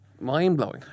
mind-blowing